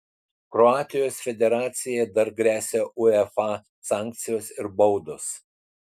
kroatijos federacijai dar gresia uefa sankcijos ir baudos